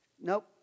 Nope